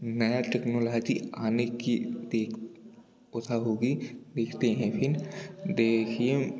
नया टेक्नोलॉजी आने की देख ओसा होगी देखते हैं फ़िर देखिए